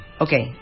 Okay